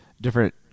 different